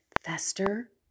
fester